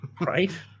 right